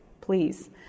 please